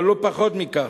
אבל לא פחות מכך,